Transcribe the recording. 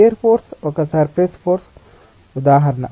shear force ఒక surface force ఉదాహరణ